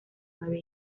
nueve